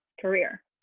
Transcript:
career